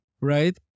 Right